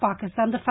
Pakistan